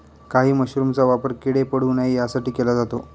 काही मशरूमचा वापर किडे पडू नये यासाठी केला जातो